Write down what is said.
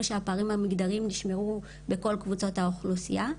שהפערים המגדריים נשמרו בכל קבוצות האוכלוסייה.